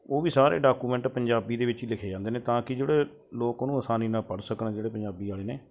ਉਹ ਵੀ ਸਾਰੇ ਡਾਕੂਮੈਂਟ ਪੰਜਾਬੀ ਦੇ ਵਿੱਚ ਹੀ ਲਿਖੇ ਜਾਂਦੇ ਨੇ ਤਾਂ ਕਿ ਜਿਹੜੇ ਲੋਕ ਉਹਨੂੰ ਆਸਾਨੀ ਨਾਲ ਪੜ੍ਹ ਸਕਣ ਜਿਹੜੇ ਪੰਜਾਬੀ ਵਾਲੇ ਨੇ